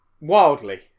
wildly